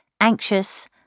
anxious